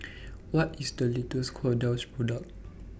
What IS The latest Kordel's Product